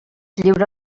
lliura